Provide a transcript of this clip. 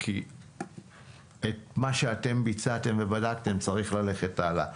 כי מה שביצעתם ובדקתם צריך ללכת הלאה.